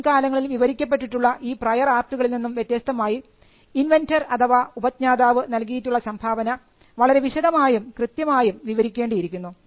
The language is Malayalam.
മുൻകാലങ്ങളിൽ വിവരിക്കപ്പെട്ടിട്ടുള്ള ഈ പ്രയർ ആർട്ടുകളിൽ നിന്നും വ്യത്യസ്തമായി ഇൻവെന്റർ അഥവാ ഉപജ്ഞാതാവ് നൽകിയിട്ടുള്ള സംഭാവന വളരെ വിശദമായും കൃത്യമായും വിവരിക്കേണ്ടിയിരിക്കുന്നു